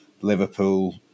Liverpool